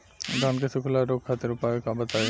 धान के सुखड़ा रोग खातिर उपाय बताई?